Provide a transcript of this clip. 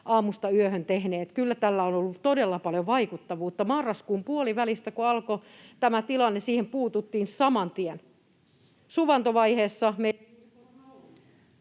aamusta yöhön tehneet. Kyllä tällä on ollut todella paljon vaikuttavuutta. Kun marraskuun puolivälistä alkoi tämä tilanne, siihen puututtiin saman tien. Suvantovaiheessa